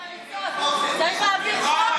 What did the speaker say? ממה לפיד יתפרנס?